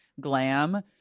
glam